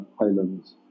islands